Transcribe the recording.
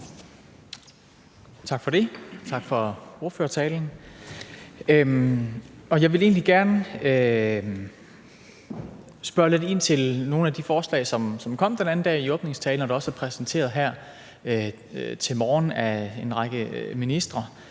Tak for det, og tak for ordførertalen. Jeg vil egentlig gerne spørge lidt ind til nogle af de forslag, som kom den anden dag i åbningstalen, og som også er blevet præsenteret her til morgen af en række ministre,